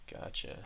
gotcha